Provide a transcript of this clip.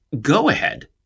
go-ahead